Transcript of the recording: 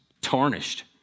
tarnished